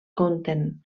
compten